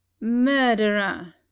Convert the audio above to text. Murderer